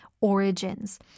origins